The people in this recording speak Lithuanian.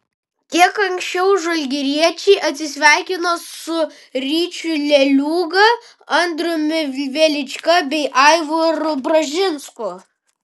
kiek anksčiau žalgiriečiai atsisveikino su ryčiu leliūga andriumi velička bei aivaru bražinsku